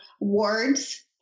words